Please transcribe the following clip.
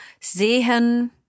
Sehen